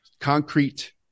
concrete